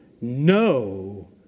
No